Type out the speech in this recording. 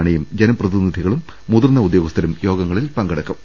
മണിയും ജനപ്രതിനിധികളും മുതിർന്ന ഉദ്യോഗസ്ഥരും യോഗത്തിൽ പങ്കെടുക്കും